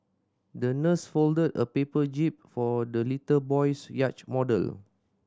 the nurse folded a paper jib for the little boy's yacht model